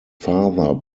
father